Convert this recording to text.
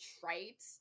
trite